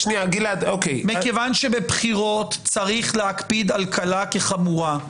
מכיוון שבבחירות צריך להקפיד על קלה כחמורה.